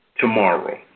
tomorrow